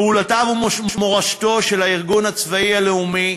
פעולותיו ומורשתו של הארגון הצבאי הלאומי